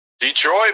Detroit